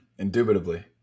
Indubitably